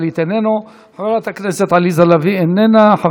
חבר הכנסת אראל מרגלית, אינו נוכח,